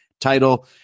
title